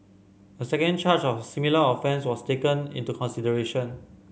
a second charge of similar offence was also taken into consideration